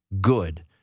good